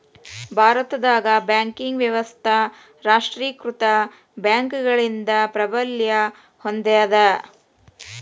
ಭಾರತದಾಗ ಬ್ಯಾಂಕಿಂಗ್ ವ್ಯವಸ್ಥಾ ರಾಷ್ಟ್ರೇಕೃತ ಬ್ಯಾಂಕ್ಗಳಿಂದ ಪ್ರಾಬಲ್ಯ ಹೊಂದೇದ